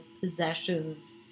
possessions